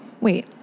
Wait